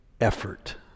effort